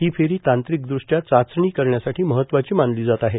ही फेरी तांत्रिकदृष्ट्या चाचणी करण्यासाठी महत्वाची मानली जात आहे